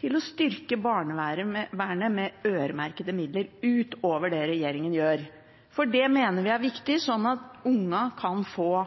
til å styrke barnevernet med øremerkede midler – ut over det regjeringen gjør. Det mener vi er viktig, slik at ungene